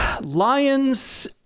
Lions